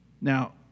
Now